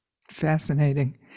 Fascinating